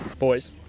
Boys